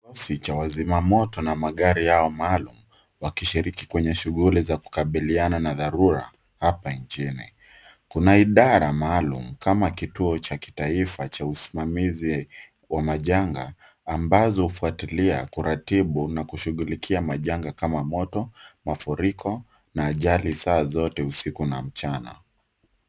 Kikosi cha wazima moto na magari yao maalum wakishiriki kwenye shughuli za kukabiliana na dharura hapa nchini, kuna idara maalum kama kituo cha kitaifa cha usimamizi wa majanga ambazo hufuatilia kuratibu na kushughulikia majanga kama moto, mafuriko na ajali saa zote usiku na mchana.